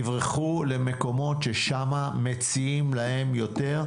יברחו למקומות ששם מציעים להם יותר.